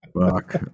fuck